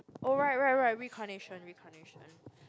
oh right right right reincarnation reincarnation